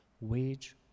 wage